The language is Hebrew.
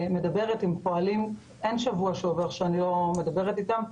מדברת עם פועלים ואין שבוע שעובר שאני לא מדברת איתם,